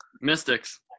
Mystics